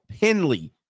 Penley